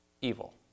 evil